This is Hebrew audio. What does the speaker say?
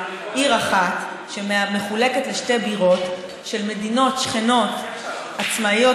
עיר אחת שמחולקת לשתי בירות של מדינות שכנות עצמאיות,